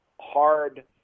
hard